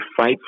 fight